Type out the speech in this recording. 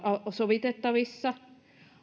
sovitettavissa tai se että